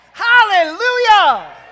Hallelujah